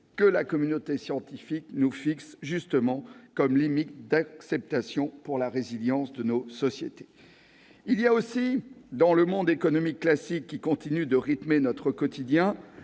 que la communauté scientifique nous fixe comme limite d'acceptation pour la résilience de nos sociétés. Il faut aussi, dans le monde économique classique qui continue de rythmer notre quotidien,